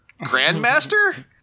grandmaster